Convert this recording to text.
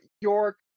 York